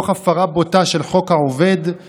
תוך הפרה בוטה של חוק העובד,